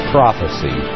Prophecy